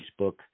Facebook